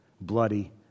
bloody